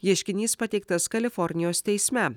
ieškinys pateiktas kalifornijos teisme